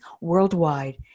worldwide